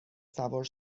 سوار